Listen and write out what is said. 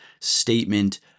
statement